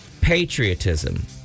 patriotism